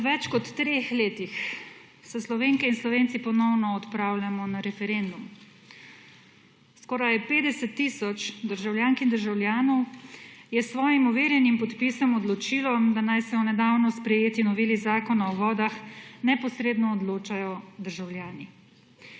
Po več kot treh letih se Slovenke in Slovenci ponovno odpravljamo na referendum. Skoraj 50 tisoč državljank in državljanov je s svojim overjenim podpisom odločilo, da naj se o nedavno sprejeti noveli Zakona o vodah neposredno odločajo državljani.